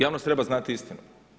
Javnost treba znati istinu.